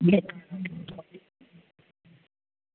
अ